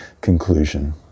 conclusion